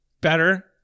better